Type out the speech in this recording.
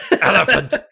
elephant